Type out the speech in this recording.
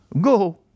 go